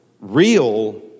real